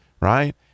right